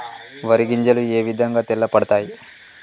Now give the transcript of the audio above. వరి గింజలు ఏ విధంగా తెల్ల పడతాయి?